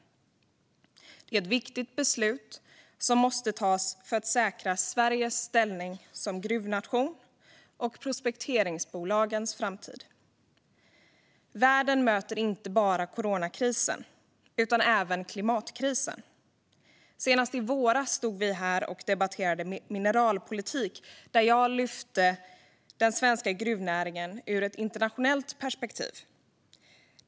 Det är ett viktigt beslut som måste tas för att säkra Sveriges ställning som gruvnation och prospekteringsbolagens framtid. Världen möter inte bara coronakrisen utan även klimatkrisen. Senast i våras stod vi här och debatterade mineralpolitik, och då lyfte jag fram betydelsen av den svenska gruvnäringen ur ett internationellt perspektiv.